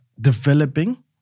developing